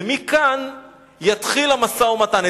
ומכאן יתחיל המשא-ומתן.